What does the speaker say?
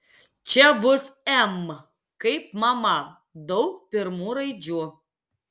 čia bus m kaip mama daug pirmų raidžių